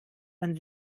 man